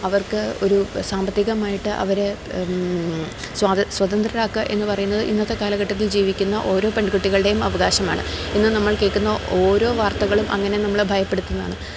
അവർക്ക് ഒരു സാമ്പത്തികമായിട്ട് അവരെ സ്വതന്ത്രരാക്കുക എന്ന് പറയുന്നത് ഇന്നത്തെ കാലഘട്ടത്തിൽ ജീവിക്കുന്ന ഓരോ പെൺകുട്ടികളുടെയും അവകാശമാണ് ഇന്ന് നമ്മൾ കേൾക്കുന്ന ഓരോ വാർത്തകളും അങ്ങനെ നമ്മളെ ഭയപ്പെടുത്തുന്നതാണ്